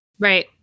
Right